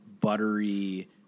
buttery